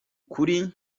kuri